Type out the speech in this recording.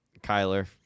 Kyler